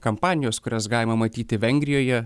kampanijos kurias galima matyti vengrijoje